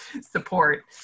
support